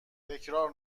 تکرار